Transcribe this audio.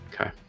Okay